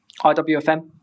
iwfm